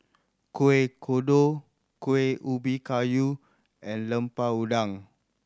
Kuih Kodok Kueh Ubi Kayu and Lemper Udang